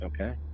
Okay